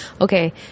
Okay